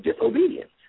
disobedience